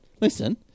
listen